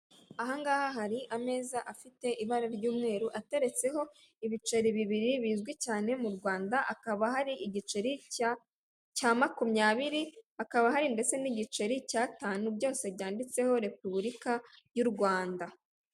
Ahangaha hari ameza afite ibara ry'umweru ateretseho ibiceri bibiri bizwi cyane mu Rwanda, akaba hari igiceri cya makumyabirikaba hari ndetse n'igiceri cya'atanu byose byanditseho repubulika y'u Rwanda.